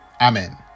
amen